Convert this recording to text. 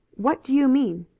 what do you mean?